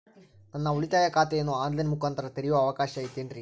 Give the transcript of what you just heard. ನಾನು ಉಳಿತಾಯ ಖಾತೆಯನ್ನು ಆನ್ ಲೈನ್ ಮುಖಾಂತರ ತೆರಿಯೋ ಅವಕಾಶ ಐತೇನ್ರಿ?